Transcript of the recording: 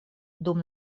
dum